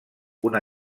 una